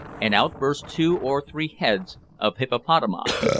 and out burst two or three heads of hippopotami.